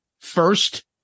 first